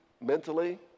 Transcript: mentally